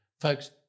folks